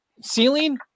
ceiling